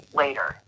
later